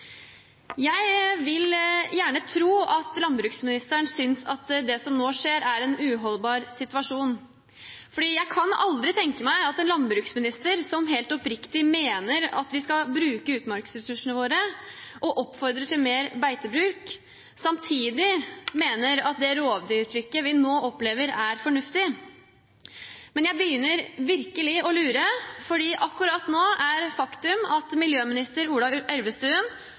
Jeg vil gjerne tro at landbruksministeren synes at det som nå skjer, er en uholdbar situasjon, for jeg kan aldri tenke meg at en landbruksminister som helt oppriktig mener at vi skal bruke utmarksressursene våre, og som oppfordrer til mer beitebruk, samtidig mener at det rovdyrtrykket vi nå opplever, er fornuftig. Men jeg begynner virkelig å lure, for akkurat nå er det et faktum at miljøminister Ola Elvestuen